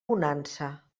bonança